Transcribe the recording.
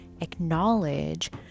acknowledge